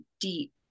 deep